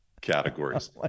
categories